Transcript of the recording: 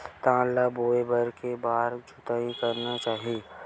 धान ल बोए बर के बार जोताई करना चाही?